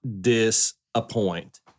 disappoint